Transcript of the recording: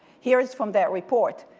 here is from that report.